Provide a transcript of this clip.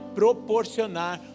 proporcionar